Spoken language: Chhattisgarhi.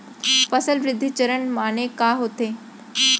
फसल वृद्धि चरण माने का होथे?